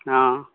हँ